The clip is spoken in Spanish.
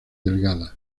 delgadas